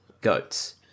goats